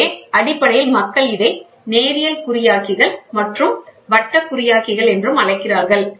எனவே அடிப்படையில் மக்கள் இதை நேரியல் குறியாக்கிகள் மற்றும் வட்ட குறியாக்கிகள் என்று அழைக்கிறார்கள்